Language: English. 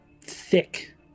thick